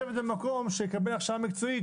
לשבת במקום שהוא יקבל בו הכשרה מקצועית,